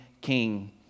king